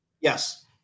Yes